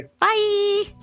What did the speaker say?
Bye